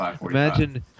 imagine